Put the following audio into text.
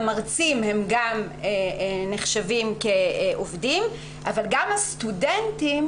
המרצים נחשבים כעובדים אבל גם הסטודנטים